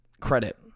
credit